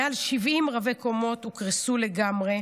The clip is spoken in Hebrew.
מעל 70 רבי קומות שהוקרסו לגמרי,